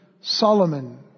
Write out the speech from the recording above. Solomon